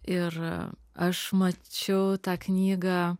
ir aš mačiau tą knygą